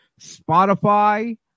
Spotify